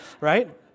right